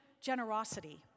generosity